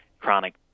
chronic